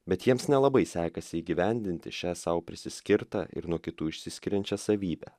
bet jiems nelabai sekasi įgyvendinti šią sau prisiskirtą ir nuo kitų išsiskiriančią savybę